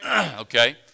okay